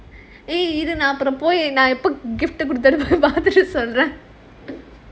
eh இது நான் எப்போ:idhu naan eppo gift கொடுக்குறது பார்த்துட்டு சொல்றேன்:kodukurathu paarthutu solraen